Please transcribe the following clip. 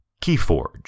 Keyforge